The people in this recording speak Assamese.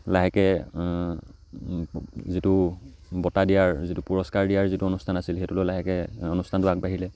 লাহেকৈ যিটো বঁটা দিয়াৰ যিটো পুৰস্কাৰ দিয়াৰ যিটো অনুষ্ঠান আছিল সেইটোলৈ লাহেকৈ অনুষ্ঠানটোলৈ আগবাঢ়িলে